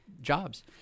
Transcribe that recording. jobs